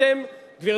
למה לא היום?